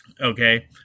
okay